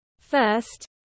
First